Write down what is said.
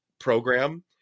program